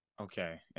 Okay